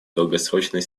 долгосрочной